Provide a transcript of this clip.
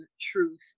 truth